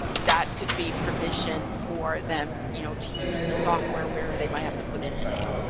that could be permission for them you know to use the software where they might have to put in a name.